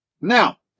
Now